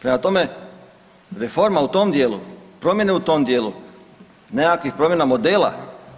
Prema tome, reforma u tom dijelu, promjene u tom modelu nekakvih promjena modela